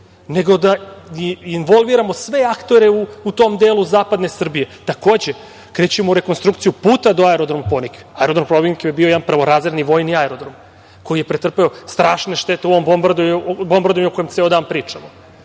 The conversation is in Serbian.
nego da involviramo sve aktere u tom delu zapadne Srbije. Takođe, krećemo u rekonstrukciju puta do Aerodroma „Ponikve“. Aerodrom „Ponikve“ je bio jedan prvorazredni vojni aerodrom, koji je pretrpeo strašne štete u ovom bombardovanju o kojem ceo dan pričamo.